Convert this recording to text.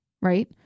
right